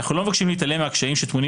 איננו מבקשים להתעלם מהקשיים הטמונים